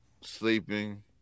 sleeping